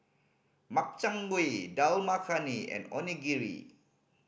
Makchang Gui Dal Makhani and Onigiri